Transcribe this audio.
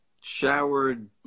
showered